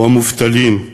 או המובטלים,